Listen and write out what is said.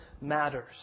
matters